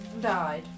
died